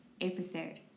episode